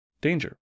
danger